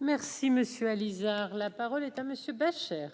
Merci monsieur Alizart, la parole est à monsieur Beuchere.